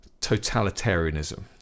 totalitarianism